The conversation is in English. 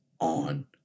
on